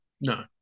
No